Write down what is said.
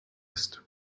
ist